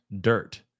dirt